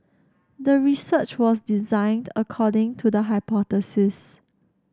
the research was designed according to the hypothesis